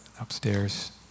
upstairs